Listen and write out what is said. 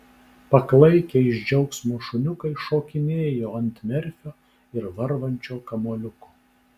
paklaikę iš džiaugsmo šuniukai šokinėjo ant merfio ir varvančio kamuoliuko